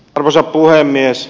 arvoisa puhemies